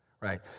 Right